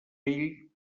vell